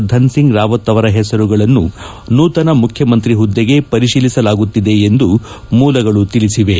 ಧನ್ ಸಿಂಗ್ ರಾವತ್ ಅವರ ಪೆಸರುಗಳನ್ನು ನೂತನ ಮುಖ್ಯಮಂತ್ರಿ ಹುದ್ಲೆಗೆ ಪರಿತೀಲಿಸಲಾಗುತ್ತಿದೆ ಎಂದು ಮೂಲಗಳು ತಿಳಿಸಿವೆ